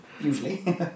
Usually